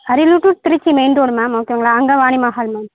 Ariyalur to Trichy main road ma'am ஓகேங்களா அங்கே Vani Mahal ma'am